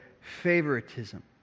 favoritism